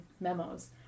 memos